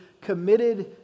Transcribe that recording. committed